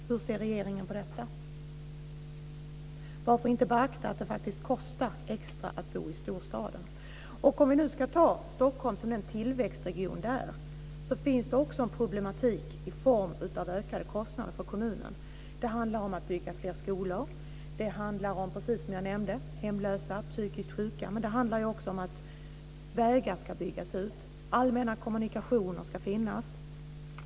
Hur ser regeringen på detta? Varför inte beakta att det faktiskt kostar extra att bo i storstaden? Om vi nu ska tala om Stockholm som en tillväxtregion finns det också en problematik i form av ökade kostnader för kommunen. Det handlar om att bygga fler skolor. Det handlar om, precis som jag nämnde, hemlösa, psykiskt sjuka, och det handlar också om att vägar ska byggas ut, allmänna kommunikationer ska finnas.